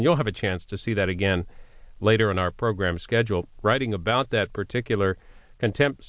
and you'll have a chance to see that again later in our program schedule writing about that particular contempt